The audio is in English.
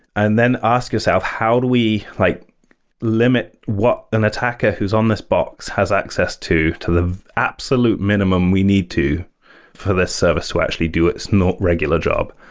and then ask yourself, how do we like limit what an attacker who's on this box has access to to the absolute minimum we need to for this service to actually do it. it's not regular job.